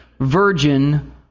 virgin